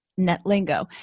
NetLingo